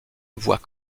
voit